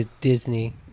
Disney